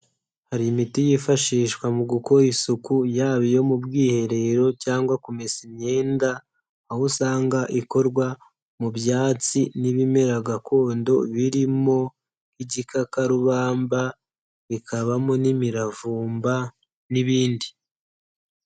Hari imiti yifashishwa mu gukora isuku yaba iyo mu bwiherero cyangwa kumesa imyenda, aho usanga ikorwa mu byatsi n'ibimera gakondo birimo igikakarubamba bikabamo n'imiravumba n'ibindi.